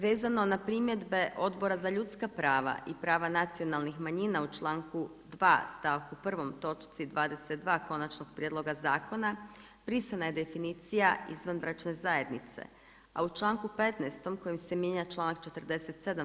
Vezano na primjedbe Odbora za ljudska prava i prava nacionalnih manjina u članku 2 stavku 1. točci 22. konačnog prijedloga zakona, brisana je definicija izvanbračne zajednice, a u članku 15. kojim se mijenja članak 47.